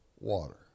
water